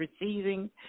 receiving